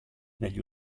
negli